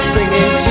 Singing